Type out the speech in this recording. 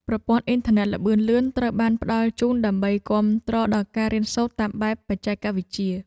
ប្រព័ន្ធអ៊ីនធឺណិតល្បឿនលឿនត្រូវបានផ្តល់ជូនដើម្បីគាំទ្រដល់ការរៀនសូត្រតាមបែបបច្ចេកវិទ្យា។